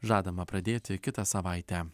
žadama pradėti kitą savaitę